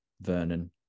Vernon